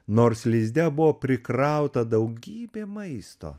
nors lizde buvo prikrauta daugybė maisto